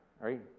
right